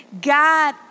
God